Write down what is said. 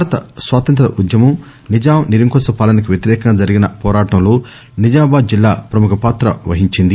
భారత స్వాతంత్య ఉద్యమం నిజాం నిరంకుశ పాలనకు వ్యతిరేకంగా జరిగిన పోరాటంలో నిజామాబాద్ జిల్లా ప్రముఖ పాత్ర వహించింది